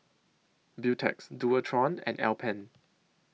Beautex Dualtron and Alpen